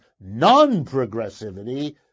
non-progressivity